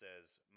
says